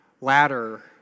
ladder